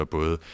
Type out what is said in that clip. både